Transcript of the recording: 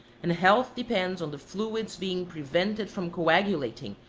and health depends on the fluids being prevented from coagulating,